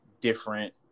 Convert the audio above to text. different